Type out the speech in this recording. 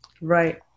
Right